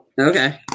Okay